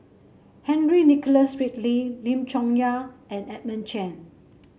Henry Nicholas Ridley Lim Chong Yah and Edmund Chen